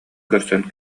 көрсөн